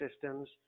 systems